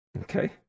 Okay